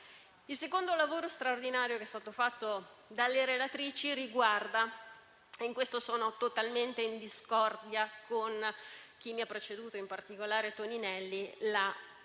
Il secondo lavoro straordinario che è stato fatto dalle relatrici - in questo sono totalmente in discordia con chi mi ha preceduto, in particolare con il